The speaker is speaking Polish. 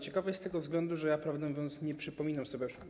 Ciekawej z tego względu, że ja, prawdę mówiąc, nie przypominam sobie.